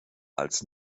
als